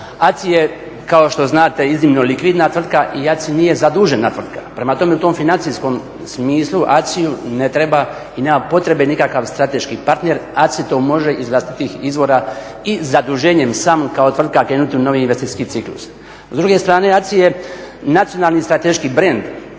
ACI je kao što znate iznimno likvidna tvrtka i ACI nije zadužena tvrtka. Prema tome, u tom financijskom smislu ACI-ju ne treba i nema potrebe nikakav strateški partner, ACI to može iz vlastitih izvora i zaduženjem samih kao tvrtka krenuti u novi investicijski ciklus. S druge strane, ACI je nacionalni strateški brend,